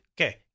okay